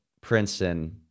Princeton